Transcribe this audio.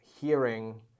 hearing